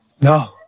No